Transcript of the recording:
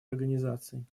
организаций